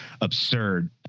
absurd